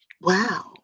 Wow